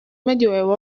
medioevo